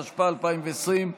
התשפ"א 2020,